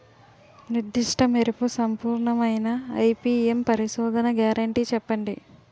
నిర్దిష్ట మెరుపు సంపూర్ణమైన ఐ.పీ.ఎం పరిశోధన గ్యారంటీ చెప్పండి?